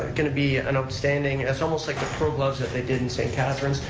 going to be an outstanding, it's almost like the pearl gloves that they did and st. catharines,